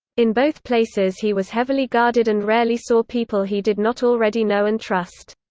in both places he was heavily guarded and rarely saw people he did not already know and trust.